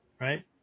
right